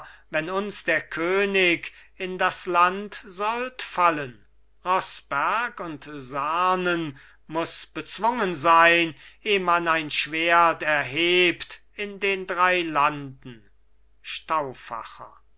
wenn uns der könig in das land sollt fallen rossberg und sarnen muss bezwungen sein eh man ein schwert erhebt in den drei landen